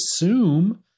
assume